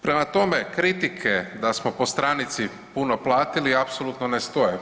Prema tome kritike da smo po stranici puno platili apsolutno ne stoje.